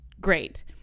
great